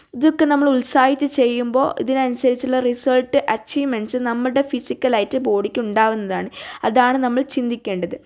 ഇതൊക്കെ നമ്മൾ ഉത്സാഹിച്ച് ചെയ്യുമ്പോൾ ഇതിനനുസരിച്ചുള്ള റിസൾട്ട് അച്ചീവ്മെൻസ് നമ്മുടെ ഫിസിക്കലായിട്ട് ബോഡിക്ക് ഉണ്ടാവുന്നതാണ് അതാണ് നമ്മൾ ചിന്തിക്കേണ്ടത്